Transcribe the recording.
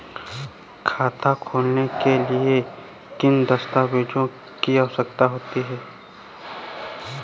खाता खोलने के लिए किन दस्तावेजों की आवश्यकता होती है?